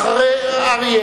ואחריו,